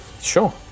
Sure